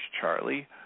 Charlie